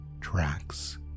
Tracks